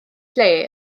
lle